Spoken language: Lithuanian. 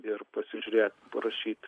ir pasižiūrėt parašyt